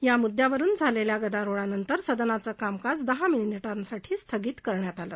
या मुद्यावरून झालेल्या गदारोळानंतर सदनाचं कामकाज दहा मिनिटांसाठी तहकूब करण्यात आलं